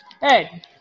Hey